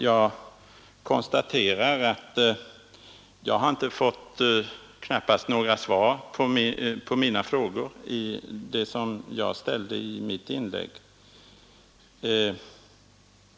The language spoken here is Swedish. Jag konstaterar att jag knappast har fått några svar på de frågor som jag ställde i mitt inlägg.